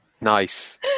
nice